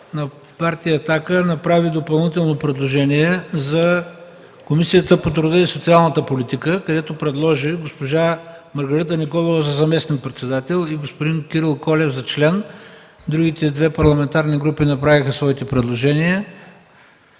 на Партия „Атака” направи допълнително предложение за Комисията по труда и социалната политика, където предложи госпожа Маргарита Николова за заместник-председател и господин Кирил Колев за член. Другите две парламентарни групи направиха своите предложения.